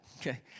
okay